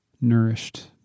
nourished